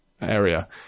area